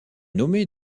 nommée